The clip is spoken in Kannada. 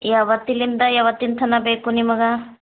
ಯಾವತ್ತಿಲಿನಿಂದ ಯಾವತ್ತಿನ ತನಕ ಬೇಕು ನಿಮಗೆ